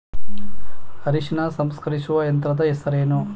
ಅರಿಶಿನ ಸಂಸ್ಕರಿಸುವ ಯಂತ್ರದ ಹೆಸರೇನು?